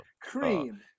Cream